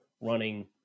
running